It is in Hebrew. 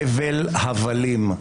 הבל הבלים.